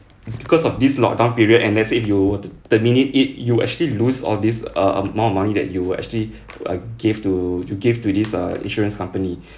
because of this lock down period and let's say if you were to terminate it you actually lose all these uh amount of money that you will actually uh give to you give to this err insurance company